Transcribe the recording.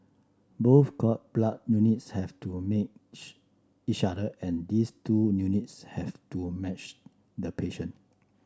both cord blood units have to match each other and these two units have to match the patient